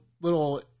little